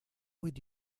would